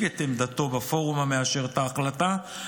את עמדתו בפורום המאשר את ההחלטה,